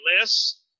list